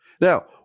Now